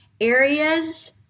areas